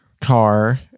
car